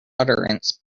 utterance